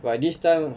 but this time